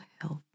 health